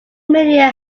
media